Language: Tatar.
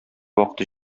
вакыты